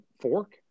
fork